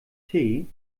tee